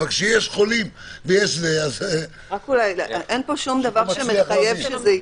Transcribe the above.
אבל כשיש חולים- -- אין פה שום דבר שמחייב שזה יקרה.